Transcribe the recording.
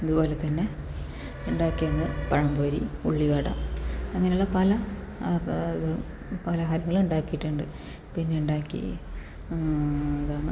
അതുപോലെ തന്നെ ഉണ്ടാക്കിയതാണ് പഴംപൊരി ഉള്ളിവട അങ്ങനെയുള്ള പല പലഹാരങ്ങളും ഉണ്ടാക്കിയിട്ടുണ്ട് പിന്നെ ഉണ്ടാക്കി ഏതാണെന്ന്